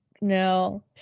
no